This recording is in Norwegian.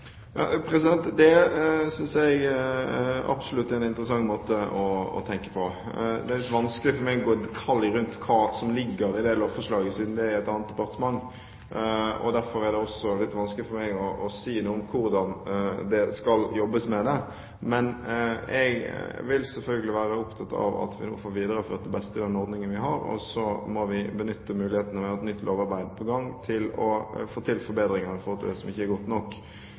Det synes jeg absolutt er en interessant måte å tenke på. Det er litt vanskelig for meg å gå i detalj rundt hva som ligger i det lovforslaget, siden det ligger under et annet departement. Derfor er det også litt vanskelig for meg å si noe om hvordan det skal jobbes med det. Men jeg vil selvfølgelig være opptatt av at vi nå får videreført det beste ved den ordningen vi har, og så må vi benytte muligheten – vi har et nytt lovarbeid på gang – til å forbedre det som ikke er godt nok.